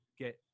get